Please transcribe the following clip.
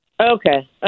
Okay